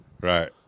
Right